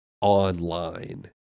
online